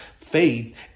faith